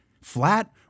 flat